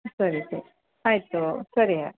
ಸರಿ ಸರಿ ಆಯಿತು ಸರಿಯ